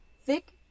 thick